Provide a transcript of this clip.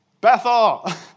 Bethel